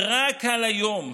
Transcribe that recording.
רק על היום.